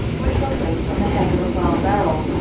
which were placed on the head of a flour barrel,